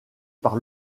par